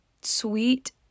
sweet